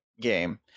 game